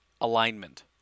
alignment